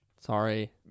Sorry